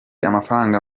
amafaranga